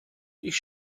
ich